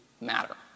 matter